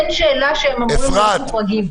אין שאלה שהם אמורים להיות מוחרגים.